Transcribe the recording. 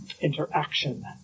interaction